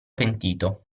pentito